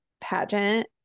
pageant